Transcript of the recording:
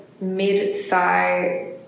mid-thigh